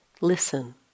Listen